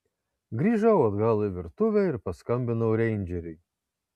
grįžau atgal į virtuvę ir paskambinau reindžeriui